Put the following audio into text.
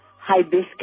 Hibiscus